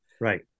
right